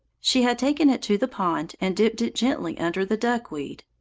she had taken it to the pond and dipped it gently under the duckweed.